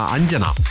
Anjana